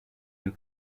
and